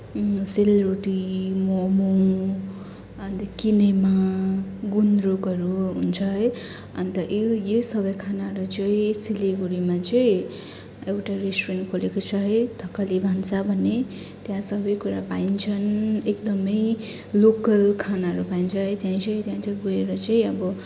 सेलरोटी मोमो अन्त किनेमा गुन्द्रुकहरू हन्छ है अन्त यो यो सबै खानाहरू चाहिँ सिलगढीमा चाहिँ एउटा रेस्टुरेन्ट खोलेको छ है थकाली भान्सा भन्ने त्यहाँ सबै कुरा पाइन्छन् एकदमै लोकल खानाहरू पाइन्छ है त्यहाँ चाहिँ त्यहाँ चाहिँ गएर चाहिँ अब